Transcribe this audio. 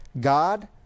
God